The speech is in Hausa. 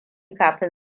kafin